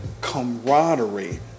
camaraderie